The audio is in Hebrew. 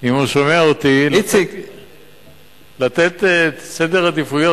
אם הוא שומע אותי, לתת סדר עדיפויות.